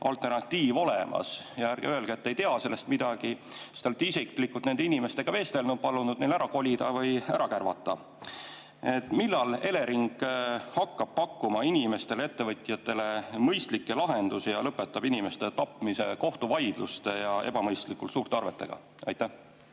alternatiiv olemas? Ärge öelge, et te ei tea sellest midagi. Te olete isiklikult nende inimestega vestelnud ja palunud neil ära kolida või ära kärvata. Millal Elering hakkab pakkuma inimestele ja ettevõtjatele mõistlikke lahendusi ning lõpetab inimeste tapmise kohtuvaidluste ja ebamõistlikult suurte arvetega? Jõuame